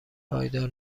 پایدار